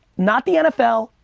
not the nfl,